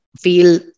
feel